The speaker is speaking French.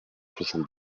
soixante